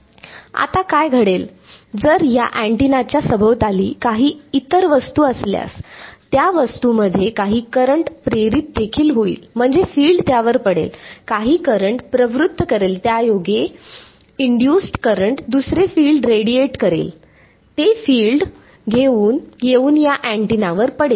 आता काय घडेल जर या अँटीना च्या सभोवताली काही इतर वस्तू असल्यास त्या वस्तूमध्ये काही करंट प्रेरित देखील होईल म्हणजे फील्ड त्यावर पडेल काही करंट प्रवृत्त करेल ज्यायोगे इंड्युसड् करंट दुसरे फील्ड रेडिएट करेल ते फिल्ड येऊन या अँटिनावर पडेल